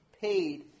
paid